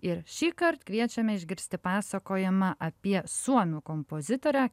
ir šįkart kviečiame išgirsti pasakojamą apie suomių kompozitorą